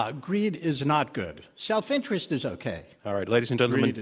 ah greed is not good. self-interest is okay. all right, ladies and gentlemen,